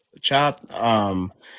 Chop